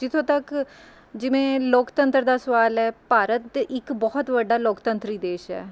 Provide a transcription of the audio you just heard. ਜਿੱਥੋਂ ਤੱਕ ਜਿਵੇਂ ਲੋਕਤੰਤਰ ਦਾ ਸਵਾਲ ਹੈ ਭਾਰਤ ਇੱਕ ਬਹੁਤ ਵੱਡਾ ਲੋਕਤੰਤਰੀ ਦੇਸ਼ ਹੈ